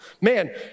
Man